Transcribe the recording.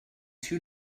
two